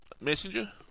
Messenger